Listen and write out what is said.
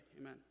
Amen